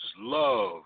love